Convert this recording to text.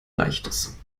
leichtes